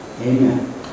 Amen